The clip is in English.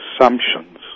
assumptions